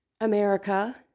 America